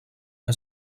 que